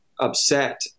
upset